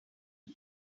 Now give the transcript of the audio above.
got